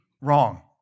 wrong